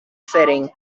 setting